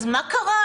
אז מה קרה?